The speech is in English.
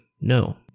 No